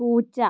പൂച്ച